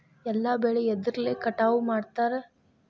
ಎಲ್ಲ ಬೆಳೆ ಎದ್ರಲೆ ಕಟಾವು ಮಾಡ್ತಾರ್?